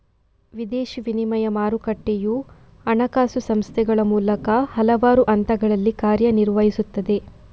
ವಿದೇಶಿ ವಿನಿಮಯ ಮಾರುಕಟ್ಟೆಯು ಹಣಕಾಸು ಸಂಸ್ಥೆಗಳ ಮೂಲಕ ಹಲವಾರು ಹಂತಗಳಲ್ಲಿ ಕಾರ್ಯ ನಿರ್ವಹಿಸುತ್ತದೆ